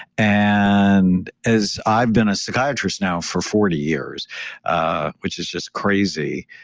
and as i've been a psychiatrist now for forty years ah which is just crazy,